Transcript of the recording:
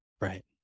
Right